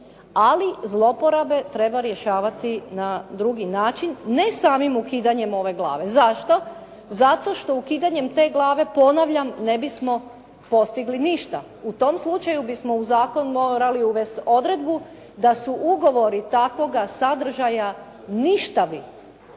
ali zloporabe treba rješavati na drugi način ne samim ukidanjem ove glave, zašto? Zato što ukidanjem te glave ponavljam ne bismo postigli ništa. u tom slučaju bismo u zakon morali uvesti odredbu da su ugovori takvoga sadržaja ništavi,